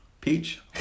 Peach